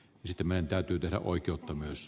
ytimeen täytyy tehdä oikeutta myös